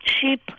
sheep